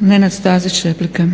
Nenad (SDP)**